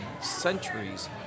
centuries